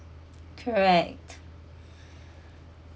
correct